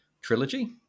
trilogy